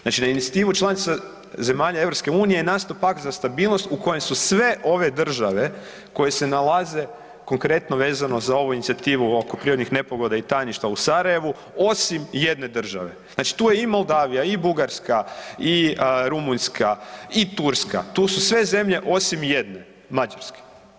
Znači na Inicijativu članica zemalja Europske unije je nastao Pakt za stabilnost u kojem su sve ove države koje se nalaze konkretno vezano za ovu Inicijativu oko prirodnih nepogoda i tajništva u Sarajevu, osim jedne države, znači tu je i Moldavija, i Bugarska, i Rumunjska, i Turska, tu su sve zemlje osim jedne, Mađarske.